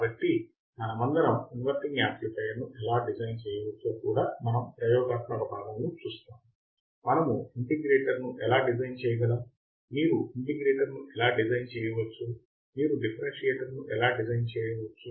కాబట్టి మనమందరం ఇన్వర్టింగ్ యాంప్లిఫైయర్ను ఎలా డిజైన్ చేయవచ్చో కూడా మనం ప్రయోగాత్మక భాగంలో చూస్తాము మనము ఇంటిగ్రేటర్ను ఎలా డిజైన్ చేయగలం మీరు ఇంటిగ్రేటర్ను ఎలా డిజైన్ చేయవచ్చు మీరు డిఫరెన్సియేటర్ను ఎలా డిజైన్ చేయవచ్చు